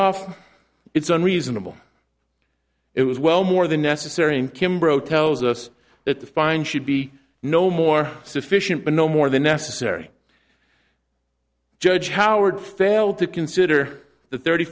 off it's unreasonable it was well more than necessary in kimbrough tells us that the fine should be no more sufficient but no more than necessary judge howard failed to consider the thirty